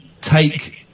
take